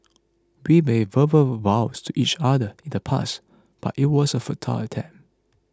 we made verbal vows to each other in the past but it was a futile attempt